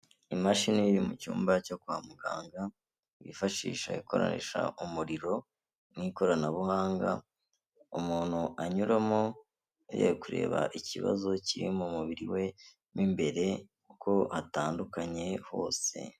Imashini yi iri mu cyumba cyo kwa muganga bifashisha ikoresha umuriro n'ikoranabuhanga umuntu anyuramo agiye kureba ikibazo kiri mu mubiri we mo imbere uko hatandukanye hose.